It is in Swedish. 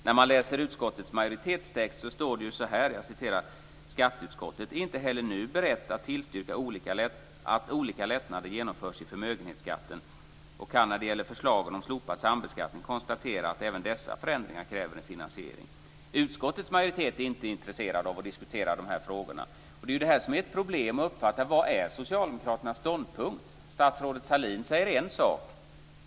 När man läser utskottets majoritetstext ser man att det står så här: "Skatteutskottet är inte heller nu berett att tillstyrka att olika lättnader genomförs i förmögenhetsskatten och kan när det gäller förslagen om slopad sambeskattning konstatera att även dessa förändringar kräver en finansiering." Utskottets majoritet är inte intresserad av att diskutera de här frågorna. Det är detta som är ett problem. Hur ska man uppfatta Socialdemokraternas ståndpunkt? Statsrådet Sahlin säger en sak.